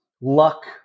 luck